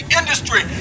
industry